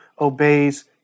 obeys